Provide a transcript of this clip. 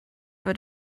for